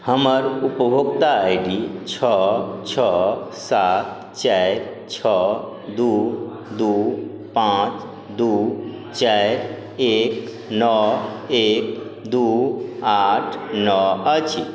हमर उपभोक्ता I D छओ छओ सात चारि छओ दू दू पाँच दू चारि एक नओ एक दू आठ नओ अछि